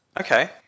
Okay